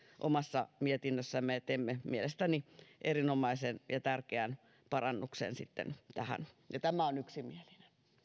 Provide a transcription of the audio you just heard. omassa mietinnössämme ja teimme mielestäni erinomaisen ja tärkeän parannuksen tähän ja tämä on yksimielinen